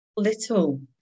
little